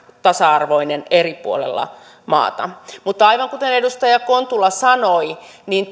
tasa arvoinen eri puolilla maata mutta aivan kuten edustaja kontula sanoi niin